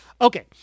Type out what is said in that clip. Okay